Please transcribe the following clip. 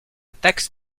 taxe